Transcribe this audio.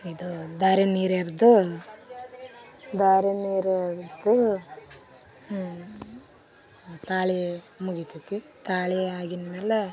ಇದು ಧಾರೆ ನೀರು ಎರೆದು ಧಾರೆ ನೀರು ಎರೆದು ತಾಳಿ ಮುಗಿತೈತಿ ತಾಳಿ ಆಗಿದ ಮೇಲೆ